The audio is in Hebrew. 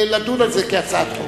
לדון על זה כהצעת חוק.